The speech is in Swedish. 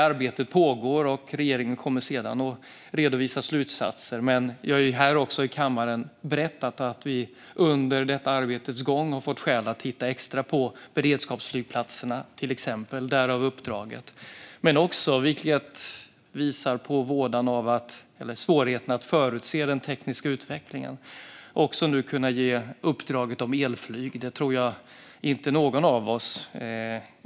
Arbetet pågår, och regeringen kommer att redovisa sina slutsatser. Jag har också här i kammaren berättat att vi under detta arbetes gång har haft skäl att titta extra på till exempel beredskapsflygplatserna, därav uppdraget. Det är svårt att förutse den tekniska utvecklingen, men nu kan vi ge uppdraget om elflyg.